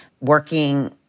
working